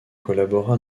collabora